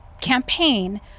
campaign